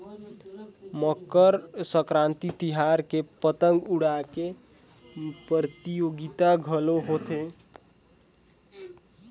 मकर संकरांति तिहार में पतंग उड़ाए के परतियोगिता घलो होथे